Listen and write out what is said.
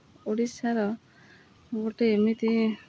ଓଡ଼ିଶାର ଗୋଟେ ଏମିତି